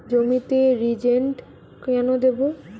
জমিতে রিজেন্ট কেন দেবো?